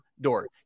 door